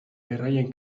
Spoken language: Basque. erraien